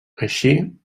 així